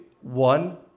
one